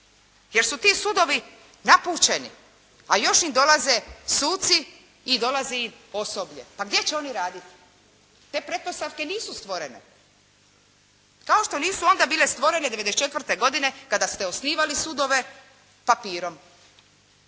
Jer su ti sudovi napućeni. A još im dolaze suci i dolazi im osoblje. Pa gdje će oni raditi? Te pretpostavke nisu stvorene. Kao što nisu onda bile stvorene '94. godine kada ste osnivali sudove papirom.